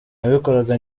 nabikoraga